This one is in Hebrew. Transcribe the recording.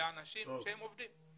לאנשים שהם עובדים.